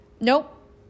nope